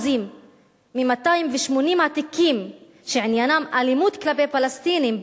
מ-280 התיקים שעניינם אלימות כלפי פלסטינים,